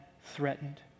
threatened